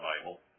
Bible